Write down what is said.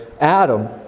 Adam